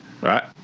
right